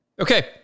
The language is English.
Okay